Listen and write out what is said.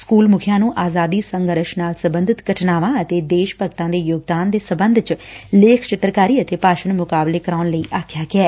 school ਮੁਖੀਆਂ ਨੂੰ ਆਜ਼ਾਦੀ ਸੰਘਰਸ਼ ਨਾਲ ਸਬੰਧਿਤ ਘਟਨਾਵਾਂ ਅਤੇ ਦੇਸ਼ ਭਗਤਾਂ ਦੇ ਯੋਗਦਾਨ ਦੇ ਸਬੰਧ ਵਿੱਚ ਲੇਖ ਚਿੱਤਰਕਾਰੀ ਅਤੇ ਭਾਸ਼ਣ ਮੁਕਾਬਲੇ ਕਰਵਾਉਣ ਲਈ ਆਖਿਆ ਗਿਐ